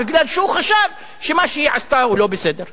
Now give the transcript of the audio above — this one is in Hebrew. כי הוא חשב שמה שהיא עשתה הוא לא בסדר.